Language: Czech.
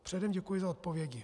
Předem děkuji za odpovědi.